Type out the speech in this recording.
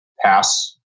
pass